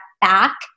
back